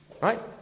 right